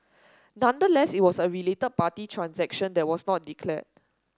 nonetheless it was a related party transaction that was not declared